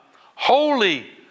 holy